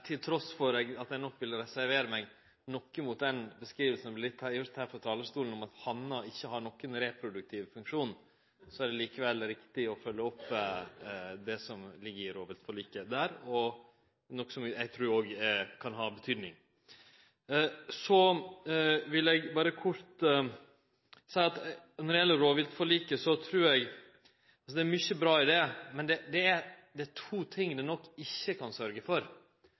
at eg nok vil reservere meg noko mot den beskrivinga som vart gjeve her frå talarstolen om at hannar ikkje har nokon reproduktiv funksjon. Det er likevel riktig å følgje opp det som ligg i rovviltforliket der, noko som eg òg trur kan ha betydning. Så vil eg berre kort seie at når det gjeld rovviltforliket, er det mykje bra i det, men det er to ting det nok ikkje kan sørgje for.